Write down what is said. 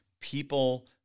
people